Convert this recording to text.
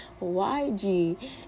YG